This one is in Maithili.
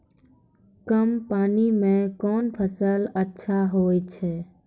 कम पानी म कोन फसल अच्छाहोय छै?